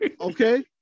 Okay